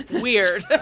Weird